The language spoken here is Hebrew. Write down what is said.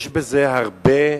יש בזה הרבה,